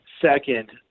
second